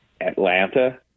Atlanta